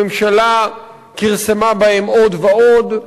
הממשלה כרסמה בהם עוד ועוד.